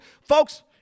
folks